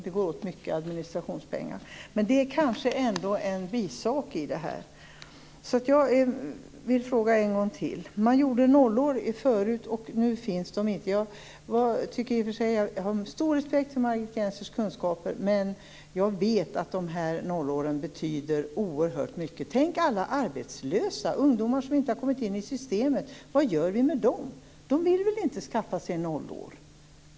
Det går åt mycket administrationspengar. Men det är kanske ändå en bisak. Jag vill återigen ställa en fråga. Man gjorde förut nollår, men nu finns de inte. Jag har stor respekt för Margit Gennsers kunskaper. Men jag vet att dessa nollår betyder oerhört mycket. Tänk på alla arbetslösa och ungdomar som inte har kommit in i systemet! Vad gör vi med dem? De vill väl inte skaffa sig nollår?